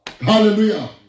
hallelujah